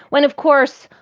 when, of course,